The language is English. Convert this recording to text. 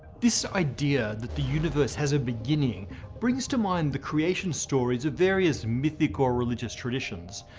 this idea that the universe has a beginning brings to mind the creation stories of various mythic or religious traditions.